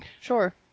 sure